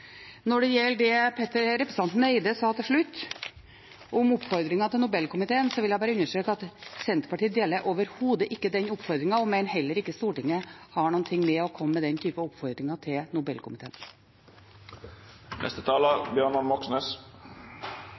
Når det gjelder det representanten Eide sa til slutt, om oppfordringen til Nobelkomiteen, vil jeg bare understreke at Senterpartiet overhodet ikke deler den oppfordringen og mener heller ikke at Stortinget har noe med å komme med den type oppfordringer til Nobelkomiteen.